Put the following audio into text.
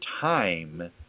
time